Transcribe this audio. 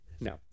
No